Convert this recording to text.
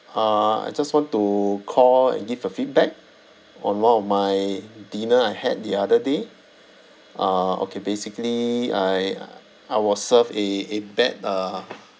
uh I just want to call and give a feedback on one of my dinner I had the other day uh okay basically I uh I was served a a bad uh